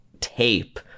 tape